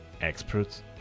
Experts